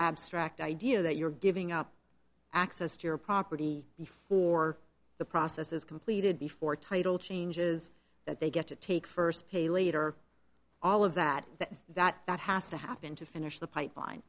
abstract idea that you're giving up access to your property or the process is completed before title changes they get to take first pay later all of that that that that has to happen to finish the